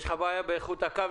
באיכות הקו.